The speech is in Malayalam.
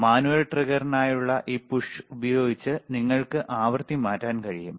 മാനുവൽ ട്രിഗറിനായുള്ള ഈ പുഷ് ഉപയോഗിച്ച് നിങ്ങൾക്ക് ആവൃത്തി മാറ്റാൻ കഴിയും